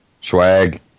swag